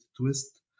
twist